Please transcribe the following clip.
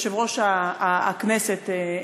יושב-ראש הכנסת,